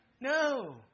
No